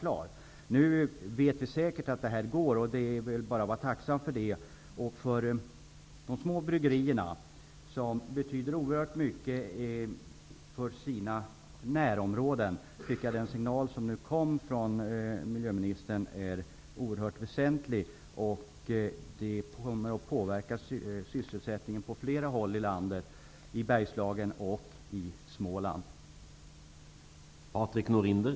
Nu vet vi säkert att det här går, och det är bara att vara tacksam för det. För de små bryggerierna -- som betyder oerhört mycket för sina närområden -- tycker jag att den signal som kom från miljöministern är mycket väsentlig. Den kommer att påverka sysselsättningen på flera håll i landet